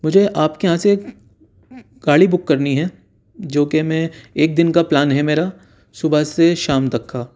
مجھے آپ کے یہاں سے ایک گاڑی بک کرنی ہے جو کہ میں ایک دن کا پلان ہے میرا صبح سے شام تک کا